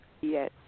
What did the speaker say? Yes